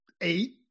eight